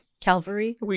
Calvary